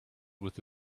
with